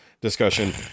discussion